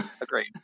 Agreed